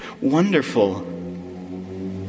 wonderful